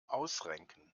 ausrenken